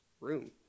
room